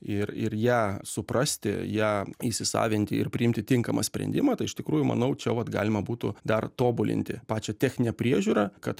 ir ir ją suprasti ją įsisavinti ir priimti tinkamą sprendimą tai iš tikrųjų manau čia vat galima būtų dar tobulinti pačią techninę priežiūrą kad